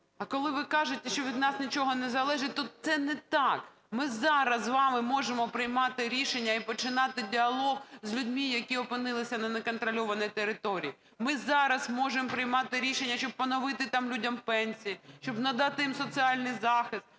А коли ви кажете, що від нас нічого не залежить, то це не так. Ми зараз з вами можемо приймати рішення і починати діалог з людьми, які опинилися на неконтрольованій території. Ми зараз можемо приймати рішення, щоб поновити там людям пенсії, щоб надати їм соціальний захист.